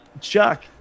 Chuck